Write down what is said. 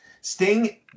Sting